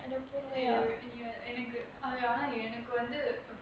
எனக்கு எனக்கு வந்து:enakku enakku vanthu